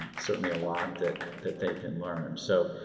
certainly a lot that that they can learn. so,